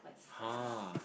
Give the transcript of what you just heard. !huh!